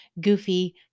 goofy